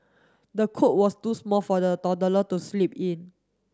the cot was too small for the toddler to sleep in